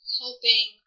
helping